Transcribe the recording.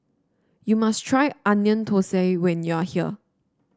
you must try Onion Thosai when you are here